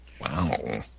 Wow